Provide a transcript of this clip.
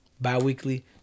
Bi-weekly